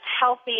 healthy